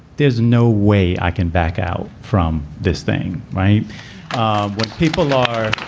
there's no way i can back out from this thing, right ah what people are